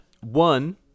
One